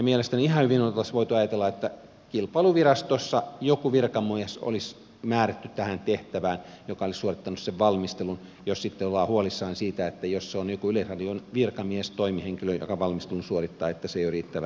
mielestäni ihan hyvin olisi voitu ajatella että kilpailuvirastossa tähän tehtävään olisi määrätty joku virkamies joka olisi suorittanut sen valmistelun jos sitten ollaan huolissaan siitä että jos se on joku yleisradion virkamies toimihenkilö joka valmistelun suorittaa niin se ei ole riittävän riippumatonta